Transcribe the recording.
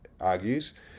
argues